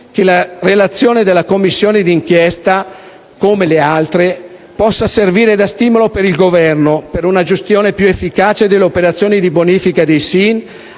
che la relazione della Commissione d'inchiesta possa servire da stimolo per il Governo per una gestione più efficace delle operazioni di bonifica dei SIN,